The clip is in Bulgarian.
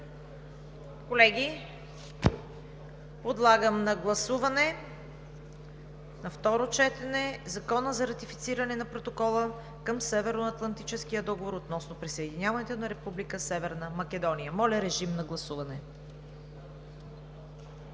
Колеги, подлагам на гласуване на второ четене Закона за ратифициране на Протокола към Северноатлантическия договор относно присъединяването на Република Северна Македония. Гласували